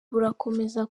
burakomeza